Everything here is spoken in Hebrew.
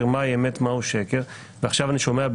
ואגב,